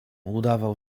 udawał